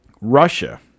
Russia